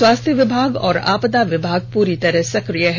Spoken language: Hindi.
स्वास्थ्य विभाग और आपदा विभाग पूरी तरह से सक्रिय है